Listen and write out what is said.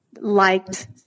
liked